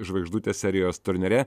žvaigždutės serijos turnyre